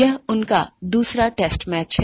यह उनका दूसरा टेस्ट मैच है